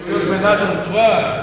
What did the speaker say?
זה Ménage à trios.